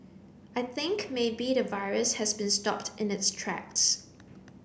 I think maybe the virus has been stopped in its tracks